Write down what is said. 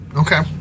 Okay